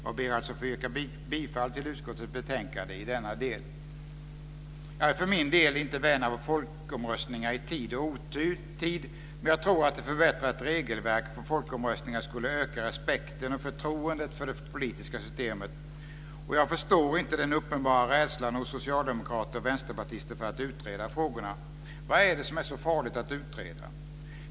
Jag ber att få yrka bifall till utskottets hemställan i betänkandet i denna del. Jag är för min del inte vän av folkomröstningar i tid och otid, men jag tror att ett förbättrat regelverk för folkomröstningar skulle öka respekten och förtroendet för det politiska systemet. Och jag förstår inte den uppenbara rädslan hos socialdemokrater och vänsterpartister för att utreda frågorna. Vad är det som är så farligt att utreda?